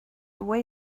away